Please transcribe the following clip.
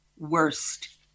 worst